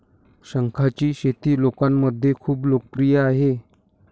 शंखांची शेती लोकांमध्ये खूप लोकप्रिय आहे